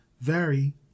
vary